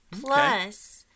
Plus